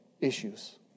issues